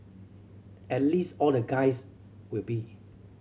at least all the guys will be